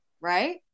Right